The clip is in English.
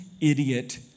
idiot